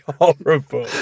horrible